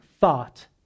thought